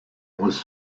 was